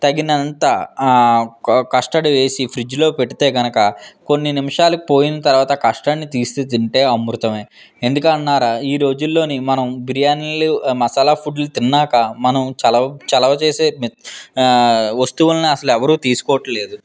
తగినంత క కస్టర్డ్ని వేసి ఫ్రిజ్లో పెడితే కనుక కొన్ని నిమిషాలు పోయిన తర్వాత కస్టర్డ్ని తీసి తింటే అమృతమే ఎందుకన్నారా ఈ రోజుల్లో మనం బిర్యానీలు మసాలా ఫుడ్లు తిన్నాక మనం చలవ్ చలవ చేసే మ వస్తువులని అసలు ఎవరు తీసుకోవడంలేదు